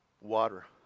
water